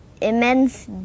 immense